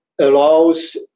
allows